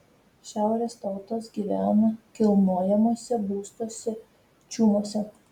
šiaurės tautos gyvena kilnojamuose būstuose čiumuose